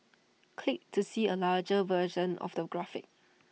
click to see A larger version of the graphic